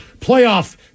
playoff